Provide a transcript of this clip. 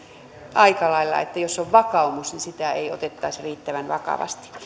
aika lailla niin että jos on vakaumus sitä ei oteta riittävän vakavasti